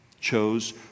chose